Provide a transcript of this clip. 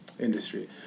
industry